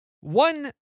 one